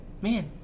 Man